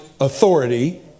authority